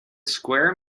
square